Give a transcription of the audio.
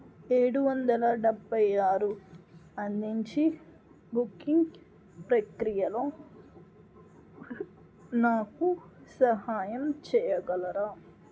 ఏడు వందల డెబ్బై ఆరు అందించి బుకింగ్ ప్రక్రియలో నాకు సహాయం చెయ్యగలరా